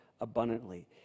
abundantly